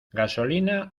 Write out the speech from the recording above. gasolina